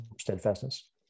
steadfastness